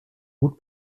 gut